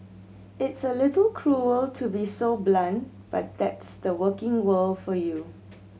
it's a little cruel to be so blunt but that's the working world for you